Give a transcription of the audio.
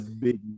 big